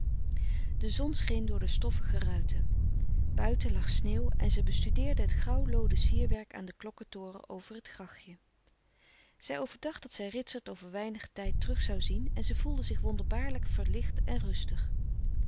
de zon scheen door de stoffige ruiten buiten lag sneeuw en zij bestudeerde het grauw looden sierwerk van den klokketoren over het grachtje zij overdacht dat zij ritsert over weinig tijd terug zou zien en ze voelde zich wonderbaar verlicht en rustig